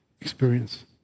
Experience